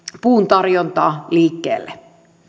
puun tarjonta liikkeelle